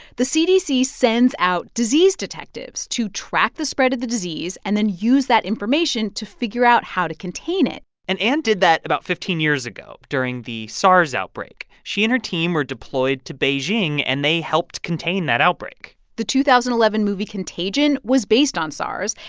the cdc sends out disease detectives to track the spread of the disease and then use that information to figure out how to contain it and anne did that about fifteen years ago during the sars outbreak. she and her team were deployed to beijing, and they helped contain that outbreak the two thousand and eleven movie contagion was based on sars.